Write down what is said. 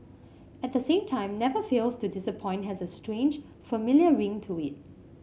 at the same time never fails to disappoint has a strange familiar ring to it